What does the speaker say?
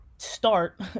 start